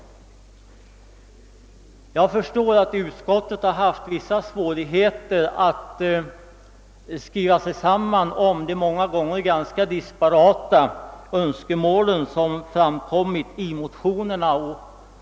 Jag förstår att utskottet har haft vissa svårigheter att skriva sig samman om de många gånger ganska disparata önskemål som framkommit i motionerna.